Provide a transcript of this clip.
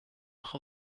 noch